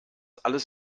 alles